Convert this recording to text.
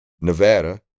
Nevada